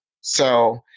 So-